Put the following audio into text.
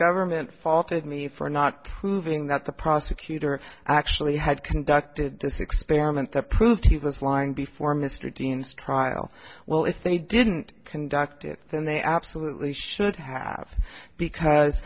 government faulted me for not proving that the prosecutor actually had conducted this experiment that proved he was lying before mr dean's trial well if they didn't conduct it then they absolutely should have because